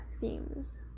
themes